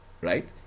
right